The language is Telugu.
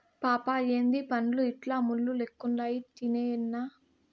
పాపా ఏందీ పండ్లు ఇట్లా ముళ్ళు లెక్కుండాయి తినేయ్యెనా